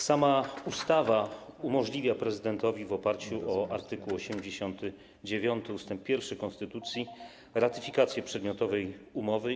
Sama ustawa umożliwia prezydentowi w oparciu o art. 89 ust. 1 konstytucji ratyfikację przedmiotowej umowy.